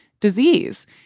disease